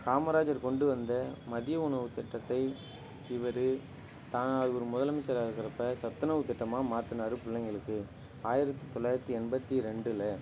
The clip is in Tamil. காமராஜர் கொண்டு வந்த மதிய உணவுத் திட்டத்தை இவர் தானாக ஒரு முதலமைச்சராக இருக்குறப்போ சத்துணவு திட்டமாக மாத்துனாரு பிள்ளைங்களுக்கு ஆயரத்து தொள்ளாயிரத்து எண்பத்து ரெண்டில்